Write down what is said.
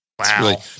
Wow